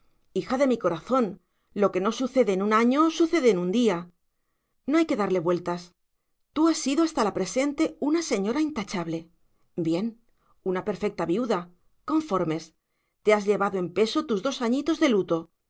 hija de mi corazón lo que no sucede en un año sucede en un día no hay que darle vueltas tú has sido hasta la presente una señora intachable bien una perfecta viuda conformes te has llevado en peso tus dos añitos de luto